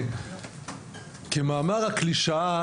כמאמר הקלישאה,